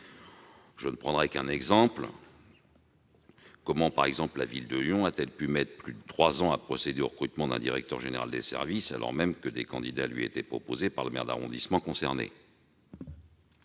Je ne prendrai qu'un exemple : comment la Ville de Lyon a-t-elle pu mettre plus de trois ans pour procéder au recrutement d'un directeur général des services, alors même que des candidats lui étaient proposés par le maire d'arrondissement concerné ?